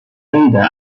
leader